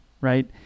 right